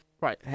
Right